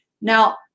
Now